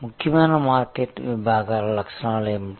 ముఖ్యమైన మార్కెట్ విభాగాల లక్షణాలు ఏమిటి